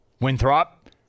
Winthrop